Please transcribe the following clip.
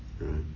right